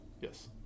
Yes